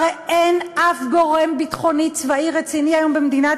הרי אין אף גורם ביטחוני צבאי רציני היום במדינת